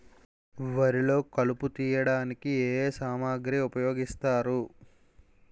వరిలో కలుపు తియ్యడానికి ఏ ఏ సామాగ్రి ఉపయోగిస్తారు?